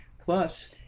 plus